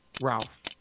Ralph